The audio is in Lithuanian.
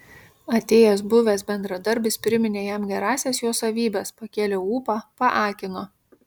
atėjęs buvęs bendradarbis priminė jam gerąsias jo savybes pakėlė ūpą paakino